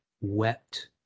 wept